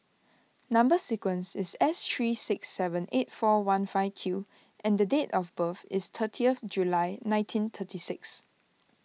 Number Sequence is S three six seven eight four one five Q and date of birth is thirtieth July nineteen thirty six